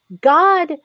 God